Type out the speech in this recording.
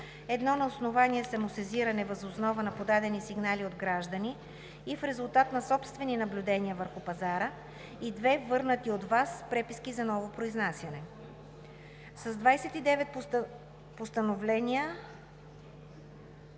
едно на основание самосезиране въз основа на подадени сигнали от граждани и в резултат на собствени наблюдения върху пазара, и две – върнати от ВАС преписки за ново произнасяне. С 29 постановени